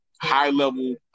high-level